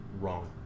wrong